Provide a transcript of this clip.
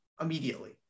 immediately